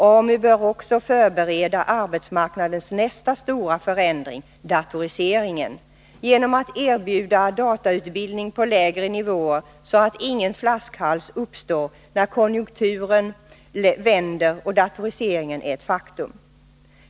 AMU bör också förbereda arbetsmarknadens nästa stora förändring — datoriseringen — genom att erbjuda datautbildning på lägre nivåer, så att ingen ”flaskhals” uppstår, när konjunkturen vänder och datoriseringen är ett faktum.